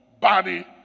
body